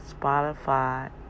Spotify